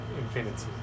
Infinity